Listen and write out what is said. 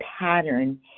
pattern